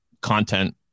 content